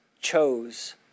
chose